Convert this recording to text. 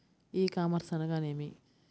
ఈ కామర్స్ అనగానేమి?